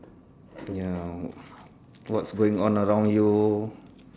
ya what's going on around you